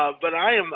ah but i um